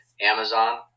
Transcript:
Amazon